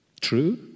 True